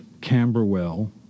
Camberwell